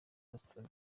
boston